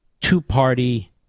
two-party